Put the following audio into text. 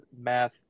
math